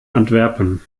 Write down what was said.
antwerpen